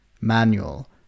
manual